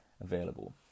available